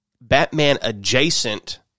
Batman-adjacent